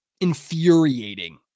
infuriating